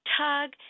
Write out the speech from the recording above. tug